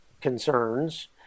concerns